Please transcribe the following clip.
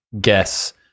guess